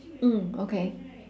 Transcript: mm okay